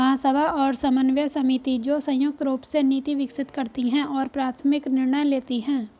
महासभा और समन्वय समिति, जो संयुक्त रूप से नीति विकसित करती है और प्राथमिक निर्णय लेती है